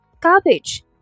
garbage